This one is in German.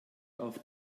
auf